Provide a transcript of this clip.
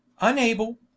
Unable